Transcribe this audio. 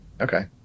okay